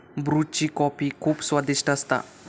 ब्रुची कॉफी खुप स्वादिष्ट असता